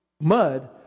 mud